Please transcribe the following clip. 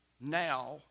Now